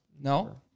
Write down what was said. No